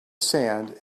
sand